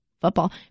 football